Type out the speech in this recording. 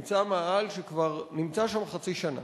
מאהל, שכבר נמצא שם חצי שנה,